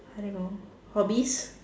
I don't know hobbies